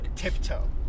Tiptoe